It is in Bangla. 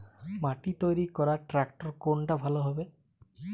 মাটি তৈরি করার ট্রাক্টর কোনটা ভালো হবে?